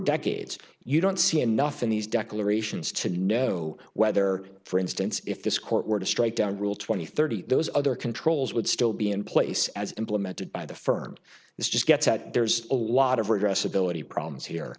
decades you don't see enough in these declarations to know whether for instance if this court were to strike down rule twenty thirty those other controls would still be in place as implemented by the firm this just gets that there's a lot of redress ability problems here